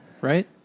Right